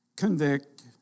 Convict